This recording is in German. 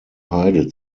heide